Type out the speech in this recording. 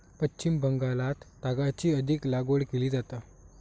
पश्चिम बंगालात तागाची अधिक लागवड केली जाता